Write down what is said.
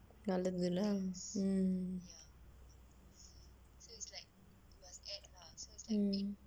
நல்லது நாள்:nallathu naal